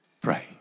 pray